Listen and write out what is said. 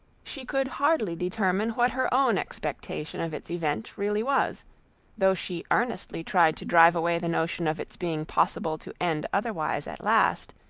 she could hardly determine what her own expectation of its event really was though she earnestly tried to drive away the notion of its being possible to end otherwise at last,